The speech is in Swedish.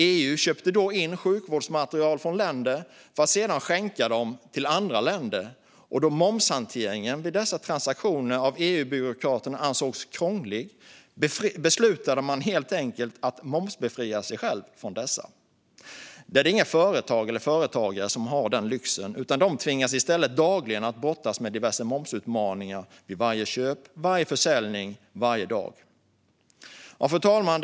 EU köpte då in sjukvårdsmateriel från länder för att sedan skänka det till andra länder, och då EU-byråkraterna ansåg momshanteringen vid dessa transaktioner vara krånglig beslutade man helt enkelt att momsbefria sig själv. Det är inga företag eller företagare som har den lyxen, utan de tvingas i stället dagligen att brottas med diverse momsutmaningar vid varje köp och varje försäljning, varje dag. Fru talman!